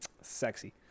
sexy